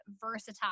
versatile